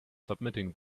submitting